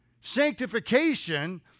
Sanctification